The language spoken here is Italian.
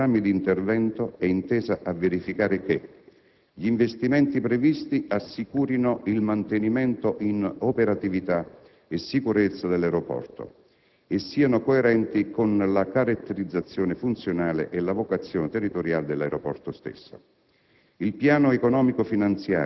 L'istruttoria condotta sui programmi d'intervento è intesa a verifìcare che: gli investimenti previsti assicurino il mantenimento in operatività e sicurezza dell'aeroporto e siano coerenti con la caratterizzazione funzionale e la vocazione territoriale dell'aeroporto stesso;